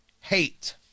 hate